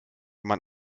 man